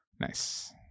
nice